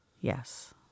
Yes